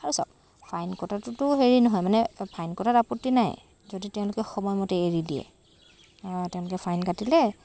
আৰু চাওক ফাইন কটাটোতো হেৰি নহয় মানে ফাইন কটাত আপত্তি নাই যদি তেওঁলোকে সময়মতে এৰি দিয়ে তেওঁলোকে ফাইন কাটিলে